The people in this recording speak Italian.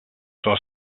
sono